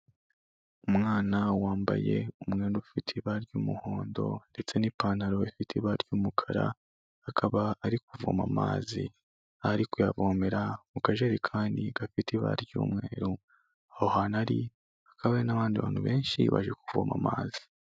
Umwana wambaye umwenda ufite ibara ry'umuhondo ndetse n'ipantaro ifite ibara ry'umukara, akaba ari kuvoma amazi ari kuyavomera mu kajerekani gafite ibara ry'umweru, aho hantu ari hakaba hari n'abandi bantu benshi baje kuvoma amazi.